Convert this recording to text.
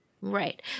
Right